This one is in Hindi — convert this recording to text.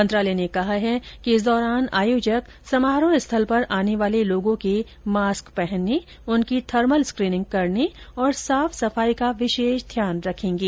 मंत्रालय ने कहा है कि इस दौरान आयोजक समारोह स्थल पर आने वाले लोगों के मास्क पहनने उनकी थर्मल स्क्रीनिंग करने और साफ सफाई का विशेष ध्यान रखेंगे